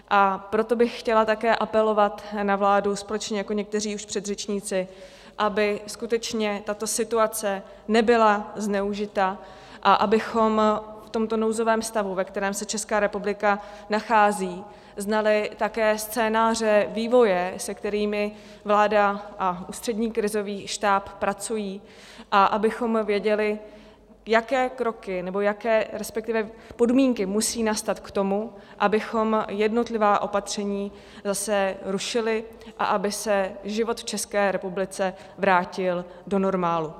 A proto abych chtěla také apelovat na vládu společně jako už někteří předřečníci, aby skutečně tato situace nebyla zneužita a abychom v tomto nouzovém stavu, ve kterém se Česká republika nachází, znali také scénáře vývoje, se kterými vláda a Ústřední krizový štáb pracují, a abychom věděli, jaké kroky, nebo respektive jaké podmínky musí nastat k tomu, abychom jednotlivá opatření zase rušili a aby se život v České republice vrátil do normálu.